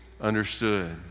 understood